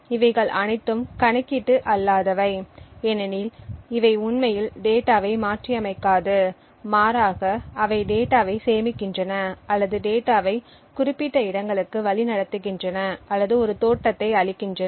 இவைகள் அனைத்தும் கணக்கீட்டு அல்லாதவை ஏனெனில் இவை உண்மையில் டேட்டாவை மாற்றியமைக்காது மாறாக அவை டேட்டாவை சேமிக்கின்றன அல்லது டேட்டாவை குறிப்பிட்ட இடங்களுக்கு வழிநடத்துகின்றன அல்லது ஒரு தோற்றத்தை அளிக்கின்றன